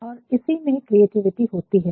और इसी में क्रिएटिविटी होती है